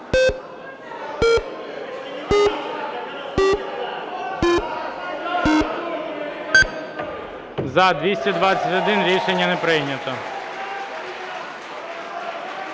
За-221 Рішення не прийнято.